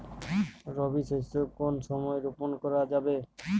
রবি শস্য কোন সময় রোপন করা যাবে?